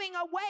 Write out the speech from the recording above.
away